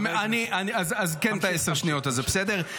אז כן את עשר השניות